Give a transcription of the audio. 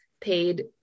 paid